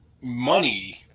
money